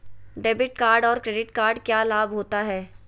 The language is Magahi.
डेबिट कार्ड और क्रेडिट कार्ड क्या लाभ होता है?